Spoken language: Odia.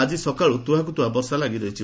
ଆଜି ସକାଳୁ ତୁହାକୁ ତୁହା ବର୍ଷା ଲାଗିରହିଛି